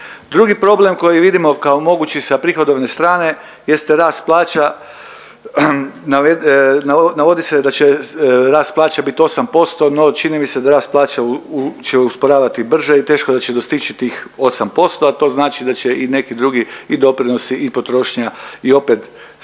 Drugi problem koji vidimo kao mogući sa prihodovne strane jeste rast plaća .../nerazumljivo/... navodi se da će rast plaća biti 8%, no čini mi se da rast plaća će usporavati brže i teško da će dostići tih 8%, a to znači da će i neki drugi i doprinosi i potrošnja i opet, strana